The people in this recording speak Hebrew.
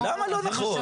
למה לא נכון?